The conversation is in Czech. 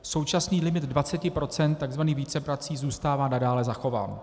Současný limit 20 procent takzvaných víceprací zůstává nadále zachován.